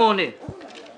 228 עד 236 נתקבלה.